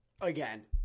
again